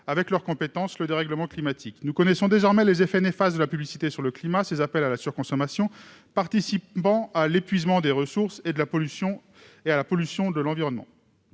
avec leurs compétences, le dérèglement climatique. Nous connaissons désormais les effets néfastes de la publicité sur le climat, ses appels à la surconsommation participant à l'épuisement des ressources et à la pollution de l'environnement.